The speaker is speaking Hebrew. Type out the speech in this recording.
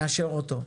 נאשר אותו.